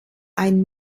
ein